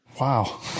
Wow